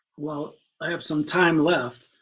well i have some time left,